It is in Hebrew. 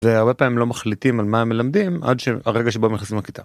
זה הרבה פעמים לא מחליטים על מה הם מלמדים עד שהרגע שבו הם נכנסים לכיתה.